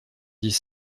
dix